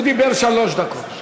הוא דיבר שלוש דקות.